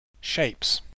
shapes